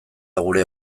gure